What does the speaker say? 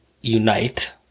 unite